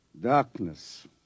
Darkness